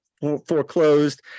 foreclosed